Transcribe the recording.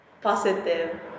positive